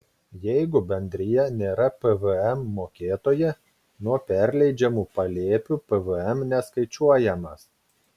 jeigu bendrija nėra pvm mokėtoja nuo perleidžiamų palėpių pvm neskaičiuojamas